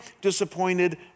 disappointed